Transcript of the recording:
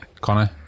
Connor